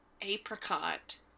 apricot